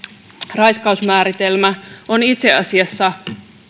raiskausmääritelmä on itse asiassa